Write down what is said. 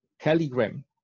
Telegram